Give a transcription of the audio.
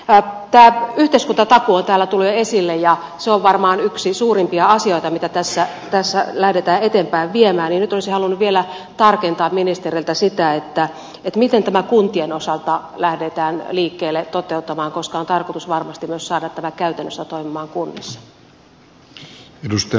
tämä yhteiskuntatakuu on täällä tullut jo esille ja kun se on varmaan yksi suurimpia asioita mitä tässä lähdetään eteenpäin viemään niin nyt olisin halunnut vielä tarkentaa ministereiltä sitä miten kuntien osalta lähdetään liikkeelle tätä toteuttamaan koska on tarkoitus varmasti myös saada tämä käytännössä toimimaan kunnissa